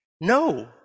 no